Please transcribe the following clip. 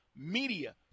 Media